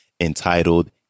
entitled